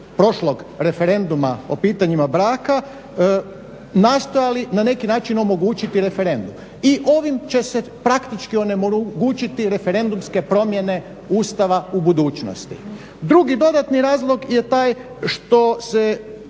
prošlog referenduma o pitanjima braka nastojali na neki način omogućiti referendum. I ovim će se praktički onemogućiti referendumske promjene Ustava u budućnosti. Drugi dodatni razlog je taj što se